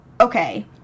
okay